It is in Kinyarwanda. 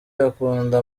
akunda